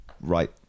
right